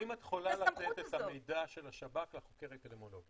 האם את יכולה לתת את המידע של השב"כ לחוקר האפידמיולוגי?